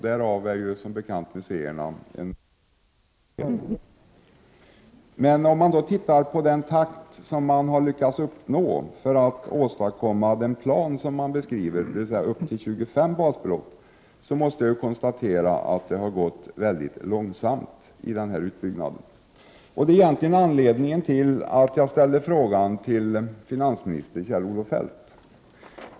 Där utgör museerna som bekant en stor och viktig del. Men om jag ser på den takt som man har lyckats uppnå för att åstadkomma den plan man beskriver — upp till 25 basbelopp — måste jag konstatera att utbyggnaden har gått mycket långsamt. Det är egentligen anledningen till att jagställde frågan till finansminister Kjell-Olof Feldt.